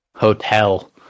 Hotel